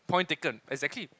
point taken exactly